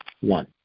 One